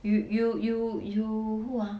you you you you you who ah